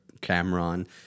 Cameron